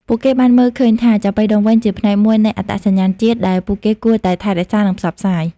ពួកគេបានមើលឃើញថា ចាប៉ីដងវែង ជាផ្នែកមួយនៃអត្តសញ្ញាណជាតិដែលពួកគេគួរតែថែរក្សា និងផ្សព្វផ្សាយ។